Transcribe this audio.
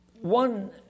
One